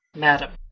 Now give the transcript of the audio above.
madam,